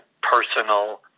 personal